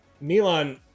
Milan